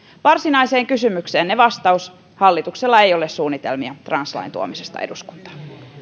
varsinaiseen kysymykseenne vastaus hallituksella ei ole suunnitelmia translain tuomisesta eduskuntaan